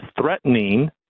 threatening